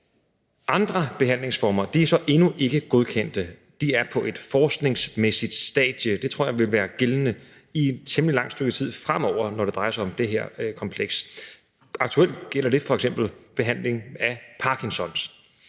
Andre behandlingsformer er så endnu ikke godkendt. De er på et forskningsmæssigt stadium. Det tror jeg vil være gældende i et temmelig langt stykke tid fremover, når det drejer sig om det her kompleks. Aktuelt gælder det f.eks. behandling af Parkinsons.